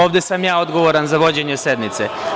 Ovde sam ja odgovoran za vođenje sednice.